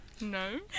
No